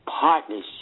partnership